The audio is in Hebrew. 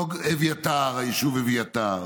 לא היישוב אביתר,